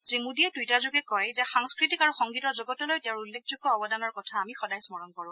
শ্ৰীমোদীয়ে টুইটাৰযোগে কয় যে সাংস্কৃতিক আৰু সংগীতৰ জগতলৈ তেওঁৰ উল্লেখযোগ্য অৱদানৰ কথা আমি সদায় স্মৰণ কৰো